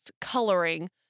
coloring